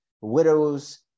widows